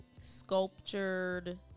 sculptured